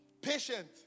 Patient